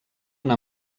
una